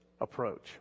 approach